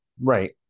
Right